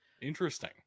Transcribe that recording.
interesting